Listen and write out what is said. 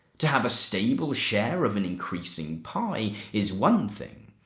to have a stable share of an increasing pie is one thing.